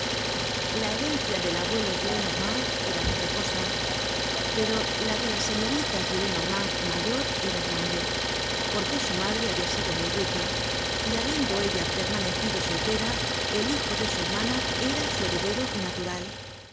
la herencia del abuelo gillenormand era poca cosa pero la de la señorita gillenormand mayor era grande porque su madre habia sido muy rica y habiendo ella permanecido soltera el hijo de su hermana era su heredero natural